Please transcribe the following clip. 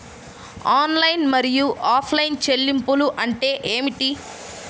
Online మరియు offline చెల్లింపులు అంటే ఏమిటి?